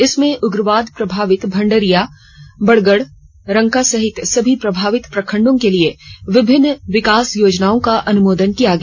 इसमें उग्रवाद प्रभावित भंडरिया बड़गड़ रंका सहित सभी प्रभवित प्रखंडों के लिये विभिन्न विकास योजनाओं का अनुमोदन किया गया